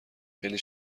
خیلی